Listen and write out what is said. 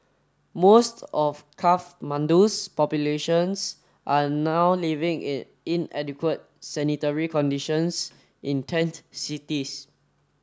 most of Kathmandu's populations are now living in inadequate sanitary conditions in tent cities